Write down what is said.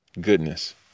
Goodness